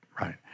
right